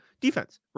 defense